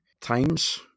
times